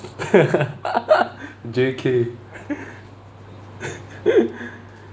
J_K